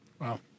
Wow